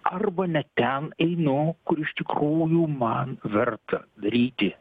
arba ne ten einu kur iš tikrųjų man verta daryti